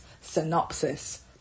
synopsis